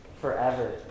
forever